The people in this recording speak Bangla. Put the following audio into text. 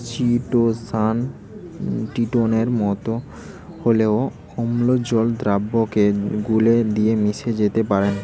চিটোসান চিটোনের মতো হলেও অম্লজল দ্রাবকে গুলে গিয়ে মিশে যেতে পারেল